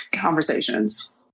conversations